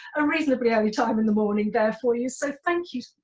a reasonably early time in the morning there for you. so thank you,